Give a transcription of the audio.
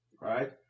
right